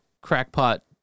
crackpot